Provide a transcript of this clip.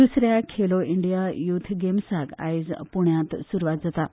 दसऱ्या Khelo India youth गेम्साक आयज पूण्यात सूरवात जाता